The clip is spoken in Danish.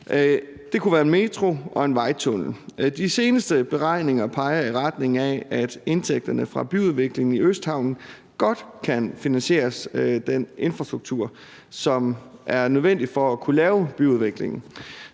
Det kunne være en metro og en vejtunnel. De seneste beregninger peger i retning af, at indtægterne fra byudviklingen i Østhavnen godt kan finansiere den infrastruktur, som er nødvendig for at kunne lave byudviklingen.